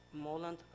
MOLAND